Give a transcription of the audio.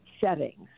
settings